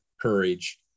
courage